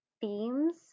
themes